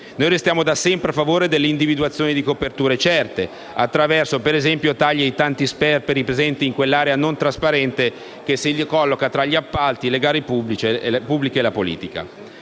Noi restiamo da sempre a favore dell'individuazione di coperture certe, attraverso, per esempio, tagli ai tanti sperperi presenti in quell'area non trasparente che si colloca tra gli appalti, le gare pubbliche e la politica.